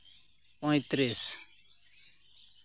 ᱯᱚᱸᱭᱛᱨᱤᱥ